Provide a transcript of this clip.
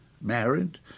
married